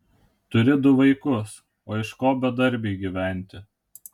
turi du vaikus o iš ko bedarbiui gyventi